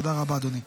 תודה רבה, אדוני.